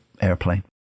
airplane